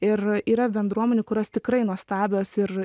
ir yra bendruomenių kurios tikrai nuostabios ir